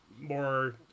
more